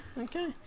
okay